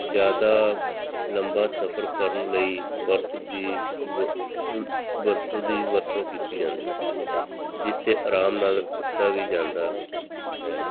ਜ਼ਿਆਦਾ ਲੰਬਾ ਸਫਰ ਕਰਨ ਲਈ ਵਰਤ ਦੀ ਵ ਵਰਤੋਂ ਦੀ ਵਰਤੋਂ ਕੀਤੀ ਜਾਂਦੀ ਹੈ ਜਿਸ 'ਤੇ ਆਰਾਮ ਨਾਲ ਸੁੱਤਾ ਵੀ ਜਾਂਦਾ ਹੈ